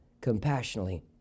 compassionately